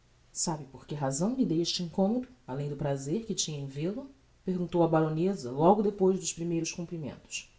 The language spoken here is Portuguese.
vida sabe porque razão lhe dei este incommodo além do prazer que tinha em vel-o perguntou a baroneza logo depois dos primeiros comprimentos